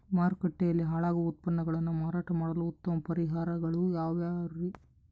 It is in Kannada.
ಮಾರುಕಟ್ಟೆಯಲ್ಲಿ ಹಾಳಾಗುವ ಉತ್ಪನ್ನಗಳನ್ನ ಮಾರಾಟ ಮಾಡಲು ಉತ್ತಮ ಪರಿಹಾರಗಳು ಯಾವ್ಯಾವುರಿ?